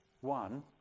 One